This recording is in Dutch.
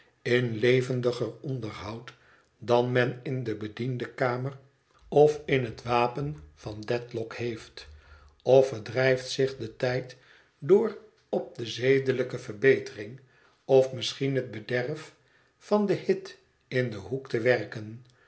in levendiger onderhoud dan men in de bediendenkamer of in het wapen van dedlock heeft of verdrijft zich den tijd door op de zedelijke verbetering of misschien het bederf van den hit in den hoek te werken